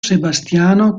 sebastiano